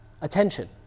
attention